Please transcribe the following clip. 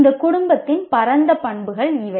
இந்த குடும்பத்தின் பரந்த பண்புகள் இவை